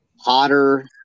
hotter